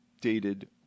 dated